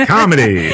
Comedy